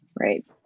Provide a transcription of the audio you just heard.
right